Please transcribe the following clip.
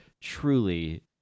truly